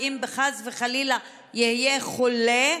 אם וחס וחלילה הוא יהיה חולה,